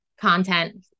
content